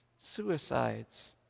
suicides